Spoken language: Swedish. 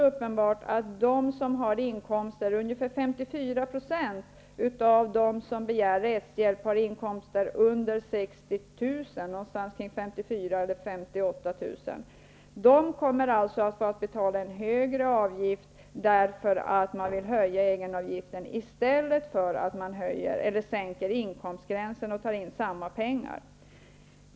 Ungefär 54 % av dem som begär rättshjälp har inkomster under 60 000 kr. -- 54 000--58 000kr. Dessa människor kommer att få betala en högre avgift på grund av att man vill höja egenavgiften i stället för att sänka inkomstgränsen för att ta in samma pengar.